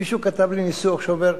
מישהו כתב לי ניסוח שאומר: